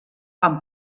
amb